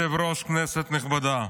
אדוני היושב-ראש, כנסת נכבדה,